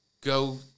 go